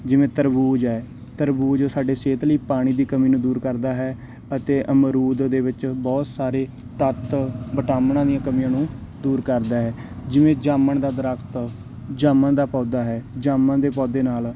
ਜਿਵੇਂ ਤਰਬੂਜ ਹੈ ਤਰਬੂਜ ਸਾਡੇ ਸਿਹਤ ਲਈ ਪਾਣੀ ਦੀ ਕਮੀ ਨੂੰ ਦੂਰ ਕਰਦਾ ਹੈ ਅਤੇ ਅਮਰੂਦ ਦੇ ਵਿੱਚ ਬਹੁਤ ਸਾਰੇ ਤੱਤ ਵਿਟਾਮਨਾਂ ਦੀਆਂ ਕਮੀਆਂ ਨੂੰ ਦੂਰ ਕਰਦਾ ਹੈ ਜਿਵੇਂ ਜਾਮਣ ਦਾ ਦਰਖਤ ਜਾਮਣ ਦਾ ਪੌਦਾ ਹੈ ਜਾਮਣ ਦੇ ਪੌਦੇ ਨਾਲ